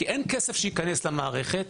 כי אין כסף שייכנס למערכת.